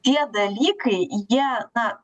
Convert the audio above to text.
tie dalykai jie na